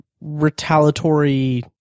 retaliatory